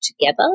together